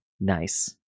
nice